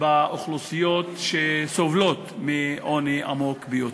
באוכלוסיות שסובלות מעוני עמוק ביותר.